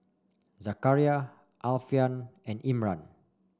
Zakaria Alfian and Imran